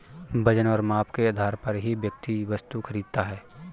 वजन और माप के आधार पर ही व्यक्ति वस्तु खरीदता है